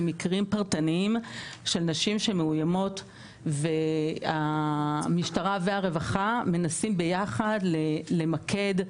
ובמקרים פרטניים של נשים שמאוימות והמשטרה והרווחה מנסים ביחד למקד,